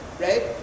right